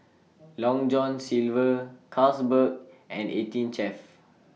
Long John Silver Carlsberg and eighteen Chef